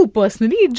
personally